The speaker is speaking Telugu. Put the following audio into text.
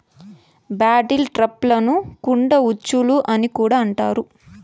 బాటిల్ ట్రాప్లను కుండ ఉచ్చులు అని కూడా అంటారు